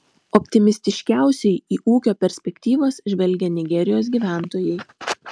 optimistiškiausiai į ūkio perspektyvas žvelgia nigerijos gyventojai